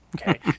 okay